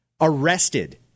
arrested